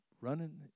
running